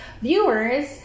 viewers